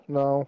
no